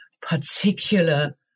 particular